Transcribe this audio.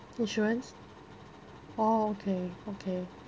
insurance orh okay okay